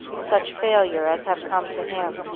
such failure as have come to him.